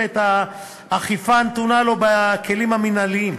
את האכיפה הנתונה לו בכלים המינהליים,